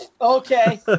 okay